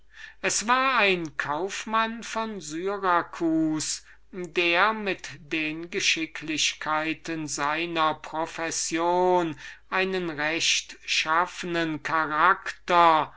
es war ein kaufmann von syracus der mit den geschicklichkeiten seiner profession einen rechtschaffenen charakter